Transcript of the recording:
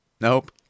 nope